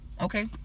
okay